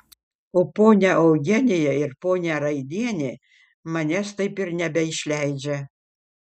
o ponia eugenija ir ponia rainienė manęs taip ir nebeišleidžia